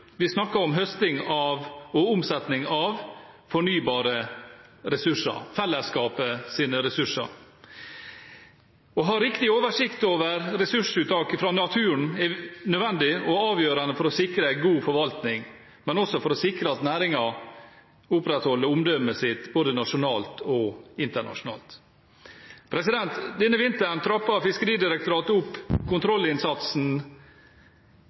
Vi snakker om høsting og omsetning av fornybare ressurser, fellesskapets ressurser. Å ha riktig oversikt over ressursuttaket fra naturen er nødvendig og avgjørende for å sikre en god forvaltning, men også for å sikre at næringen opprettholder omdømmet sitt både nasjonalt og internasjonalt. Denne vinteren trappet Fiskeridirektoratet opp kontrollinnsatsen.